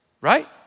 right